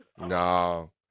No